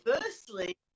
firstly